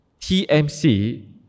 TMC